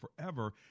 forever